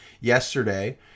yesterday